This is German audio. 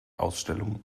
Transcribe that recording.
ausstellungen